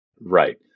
Right